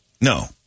No